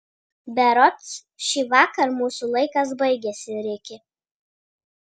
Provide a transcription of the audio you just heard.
berods šįvakar mūsų laikas baigiasi riki